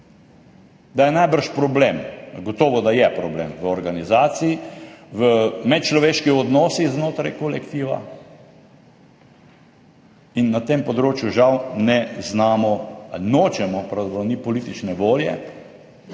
da je najbrž problem, gotovo, da je problem v organizaciji, v medčloveških odnosih znotraj kolektiva. Na tem področju žal ne znamo ali nočemo, pravzaprav, ni politične volje,